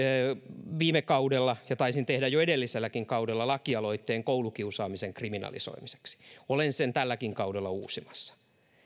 viime kaudella ja taisin tehdä jo edelliselläkin kaudella lakialoitteen koulukiusaamisen kriminalisoimiseksi olen sen tälläkin kaudella uusimassa